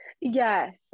yes